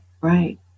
right